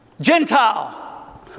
Gentile